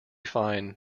fine